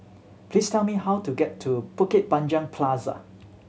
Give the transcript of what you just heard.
please tell me how to get to Bukit Panjang Plaza